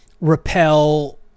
repel